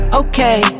okay